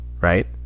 Right